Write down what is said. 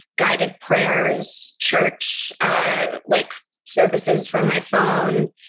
guided prayers, church ah like services from my phone,